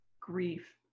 grief